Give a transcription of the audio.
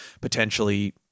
potentially